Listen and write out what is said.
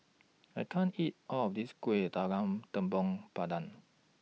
I can't eat All of This Kuih Talam Tepong Pandan